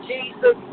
Jesus